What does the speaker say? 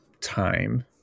time